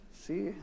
See